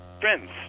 friends